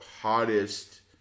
hottest